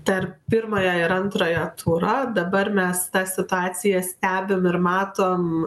tarp pirmojo ir antrojo turo dabar mes tą situaciją stebim ir matom